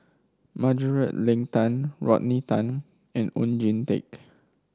Margaret Leng Tan Rodney Tan and Oon Jin Teik